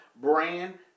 brand